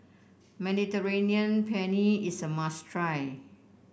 Mediterranean Penne is a must try